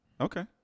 okay